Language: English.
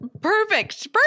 perfect